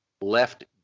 left